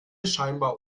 scheinbar